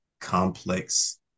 complex